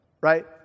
right